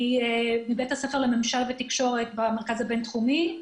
אני מבית הספר לממשל ותקשורת במרכז הבינתחומי,